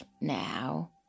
Now